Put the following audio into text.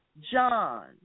John